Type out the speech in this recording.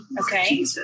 Okay